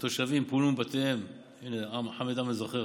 תושבים פונו מבתיהם, חמד עמאר זוכר,